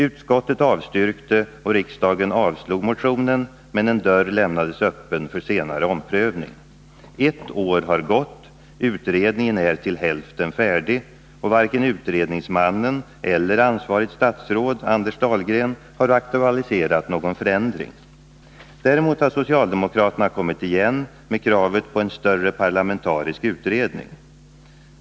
Utskottet avstyrkte och riksdagen avslog motionen, men en dörr lämnades öppen för senare omprövning. Ett år har gått, utredningen är till hälften färdig och varken utredningsmannen eller det ansvariga statsrådet, Anders Dahlgren, har aktualiserat någon förändring. Däremot har socialdemokraterna kommit igen med kravet på en större parlamentarisk utredning.